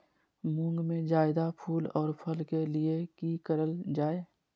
मुंग में जायदा फूल और फल के लिए की करल जाय?